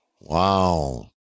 Wow